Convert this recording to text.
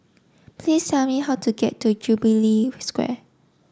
please tell me how to get to Jubilee Square